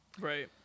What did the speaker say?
right